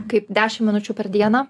kaip dešim minučių per dieną